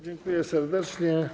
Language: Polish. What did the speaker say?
Dziękuję serdecznie.